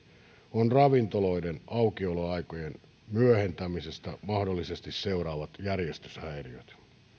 on ravintoloiden aukioloaikojen myöhentämisestä mahdollisesti seuraavat järjestyshäiriöt